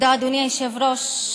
אדוני היושב-ראש.